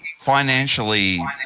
financially